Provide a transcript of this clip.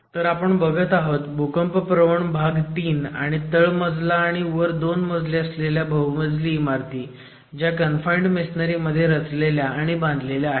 तर आपण बघत आहोत भूकंपप्रवण भाग 3 आणि तळमजला आणि वर 2 मजले असलेल्या बहुमजली इमारती ज्या कन्फाईंड मेसोनारी मध्ये रचल्या आणि बांधलेल्या आहेत